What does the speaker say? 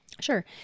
Sure